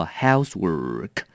housework